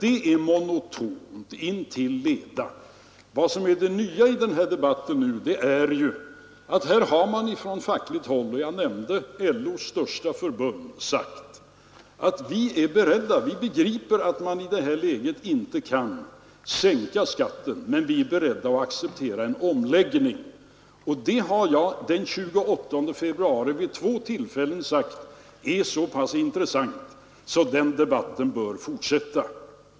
Det är monotont intill leda. Vad som är det nya i den här debatten är att man från fackligt håll — jag nämnde LO:s största förbund — sagt: Vi begriper att man i det här läget inte kan sänka skatten, men vi är beredda att acceptera en omläggning. Den 28 februari sade jag vid två tillfällen att det är så pass intressant att den debatten bör fortsätta.